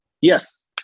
Yes